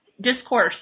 discourse